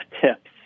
tips